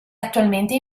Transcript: attualmente